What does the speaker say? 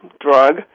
drug